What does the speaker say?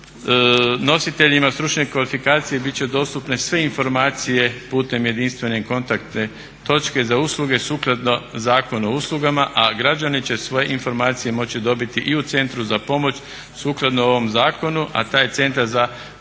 nositeljima stručne kvalifikacije bit će dostupne sve informacije putem jedinstvene kontaktne točke za usluge sukladno Zakonu o uslugama a građani će svoje informacije moći dobiti i u Centru za pomoć sukladno ovom zakonu a taj Centar za pomoć